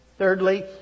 Thirdly